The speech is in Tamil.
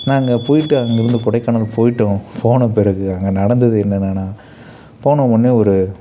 நாங்கள் போயிவிட்டோம் அங்கேருந்து கொடைக்கானல் போயிவிட்டோம் போன பிறகு அங்கே நடந்தது என்னென்னன்னா போன ஒன்னே ஒரு